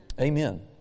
Amen